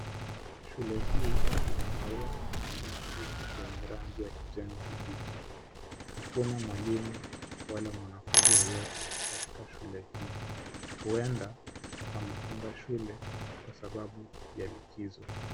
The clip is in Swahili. Shule hii ina maua na nyasi yenye rangi ya kijani kibichi. Hakuna mwalimu wala mwanafunzi yoyote katika shule hii. Huenda wamefunga shule kwa sababu ya likizo.